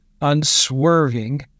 unswerving